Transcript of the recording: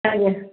ଆଜ୍ଞା